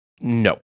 no